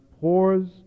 pours